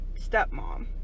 stepmom